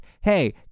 hey